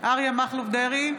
אריה מכלוף דרעי,